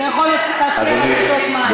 אתה יכול להציע לה לשתות מים.